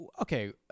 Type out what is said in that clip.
Okay